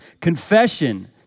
Confession